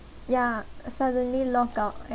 ya suddenly lockout